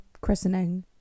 christening